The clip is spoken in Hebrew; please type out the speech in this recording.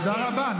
תודה רבה.